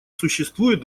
существует